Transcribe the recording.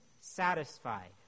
satisfied